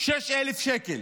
6,000 שקל.